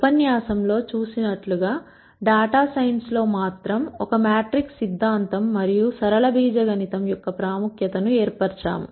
ఉపన్యాసంలో చూసినట్లుగా data science లో మాత్రం ఒక మ్యాట్రిక్స్ సిద్ధాంతం మరియు సరళ బీజగణితము యొక్క ప్రాముఖ్యతను వివరిస్తాము